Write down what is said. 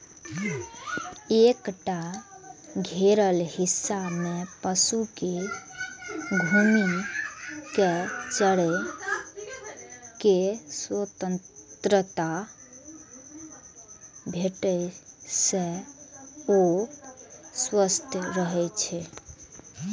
एकटा घेरल हिस्सा मे पशु कें घूमि कें चरै के स्वतंत्रता भेटै से ओ स्वस्थ रहै छै